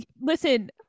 Listen